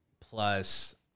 Plus